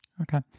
Okay